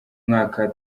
mwaka